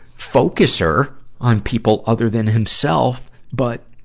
focuser on people other than himself. but,